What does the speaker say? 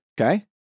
Okay